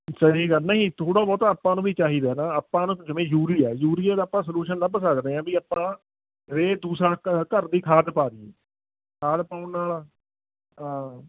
ਸਹੀ ਗੱਲ ਨਹੀਂ ਥੋੜ੍ਹਾ ਬਹੁਤਾ ਆਪਾਂ ਨੂੰ ਵੀ ਚਾਹੀਦਾ ਨਾ ਆਪਾਂ ਨੂੰ ਜਿਵੇਂ ਯੂਰੀਆ ਏ ਯੂਰੀਏ ਦਾ ਆਪਾਂ ਸਲਿਊਸ਼ਨ ਲੱਭ ਸਕਦੇ ਹਾਂ ਵੀ ਆਪਾਂ ਰੇਹ ਦੂਸਰਾ ਘ ਘਰ ਦੀ ਖਾਦ ਪਾ ਦਈਏ ਖਾਦ ਪਾਉਣ ਨਾਲ਼